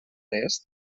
test